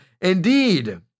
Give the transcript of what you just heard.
Indeed